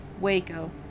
Waco